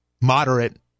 moderate